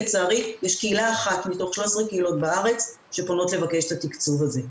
לצערי יש קהילה אחת מתוך 13 קהילות בארץ שפונות לבקש את התקצוב הזה.